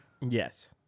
Yes